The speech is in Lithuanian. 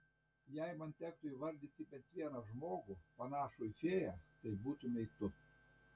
jei man tektų įvardyti bent vieną žmogų panašų į fėją tai būtumei tu